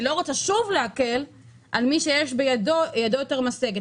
אני לא רוצה להקל שוב, על מי שידו יותר משגת.